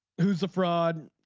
who's the fraud.